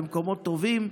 למקומות טובים?